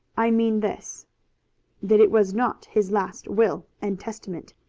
i mean this that it was not his last will and testament.